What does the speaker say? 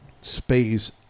space